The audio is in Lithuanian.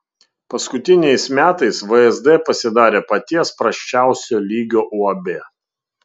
paskutiniais metais vsd pasidarė paties prasčiausio lygio uab